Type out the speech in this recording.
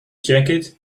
jacket